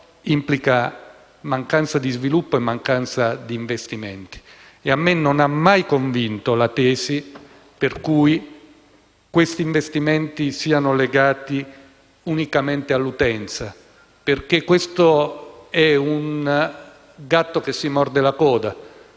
implica mancanza di sviluppo e di investimenti e a me non ha mai convinto la tesi per cui questi investimenti siano legati unicamente all'utenza. Questo, infatti, è un gatto che si morde la coda: